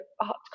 art